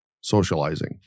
socializing